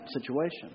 situation